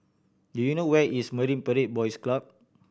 do you know where is Marine Parade Boys Club